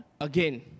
again